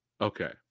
Okay